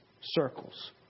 circles